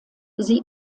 sie